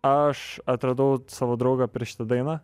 aš atradau savo draugą per šitą dainą